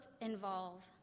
involve